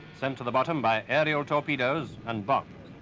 sent to the bottom by aerial torpedoes and bombs.